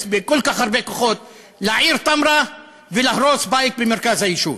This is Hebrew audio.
בכל כך הרבה כוחות לעיר תמרה ולהרוס בית במרכז היישוב?